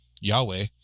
yahweh